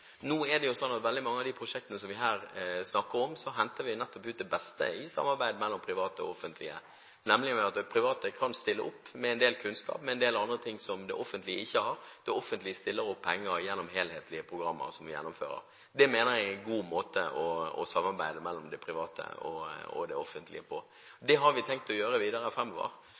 Nå er det jo sånn at i veldig mange av de prosjektene som vi her snakker om, henter vi nettopp ut det beste i samarbeidet mellom de private og det offentlige, nemlig ved at de private kan stille opp med en del kunnskap og annet som det offentlige ikke har, og det offentlige stiller opp med penger gjennom helhetlige programmer som vi gjennomfører. Det mener jeg er en god måte å samarbeide mellom de private og det offentlige på. Det har vi tenkt å gjøre videre